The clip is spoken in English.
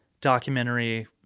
documentary